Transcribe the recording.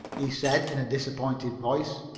he said in a disappointed voice.